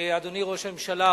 אדוני ראש הממשלה,